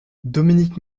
dominique